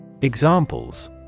Examples